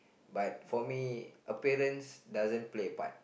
but for me appearance doesn't play a part